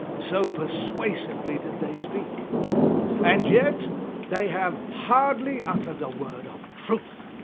so persuasively did they speak and yet they have hardly uttered a word of truth.